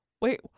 wait